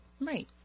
Right